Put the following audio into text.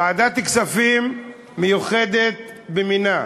ועדת כספים מיוחדת במינה.